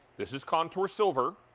this is contour silver,